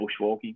bushwalking